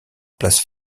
place